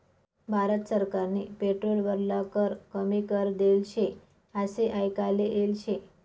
भारत सरकारनी पेट्रोल वरला कर कमी करी देल शे आशे आयकाले येल शे